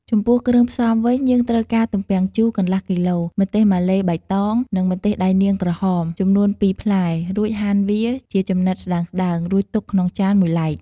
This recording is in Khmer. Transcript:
ចំពោះគ្រឿងផ្សំវិញ យើងត្រូវការទំពាំងជូរ កន្លះគីឡូ ម្ទេសម៉ាឡេបៃតង និងម្ទេសដៃនាងក្រហម ចំនួនពីរផ្លែ រួចហាន់វាជាចំណិតស្ដើងៗ រួចទុកក្នុងចានមួយឡែក។